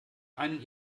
einen